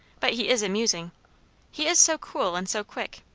but he is amusing he is so cool and so quick.